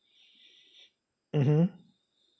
mmhmm